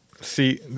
See